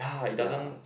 ya